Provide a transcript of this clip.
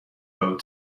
boat